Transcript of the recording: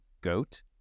goat